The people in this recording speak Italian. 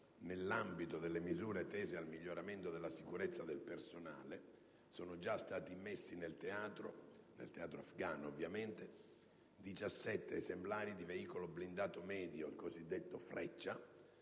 nell'ambito delle misure tese al miglioramento della sicurezza del personale, sono stati già immessi nel teatro afgano 17 esemplari di veicolo blindato medio Freccia,